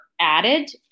added